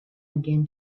again